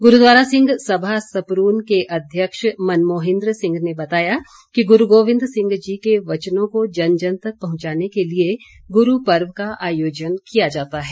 गुरूद्वारा सिंह सभा सपरून के अध्यक्ष मनमोहिन्द्र सिंह ने बताया कि गुरू गोविंद सिंह जी के वचनों को जन जन तक पहुंचाने के लिए गुरू पर्व का आयोजन किया जाता है